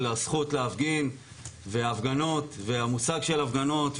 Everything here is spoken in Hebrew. הזכות להפגין וההפגנות והמושג של הפגנות,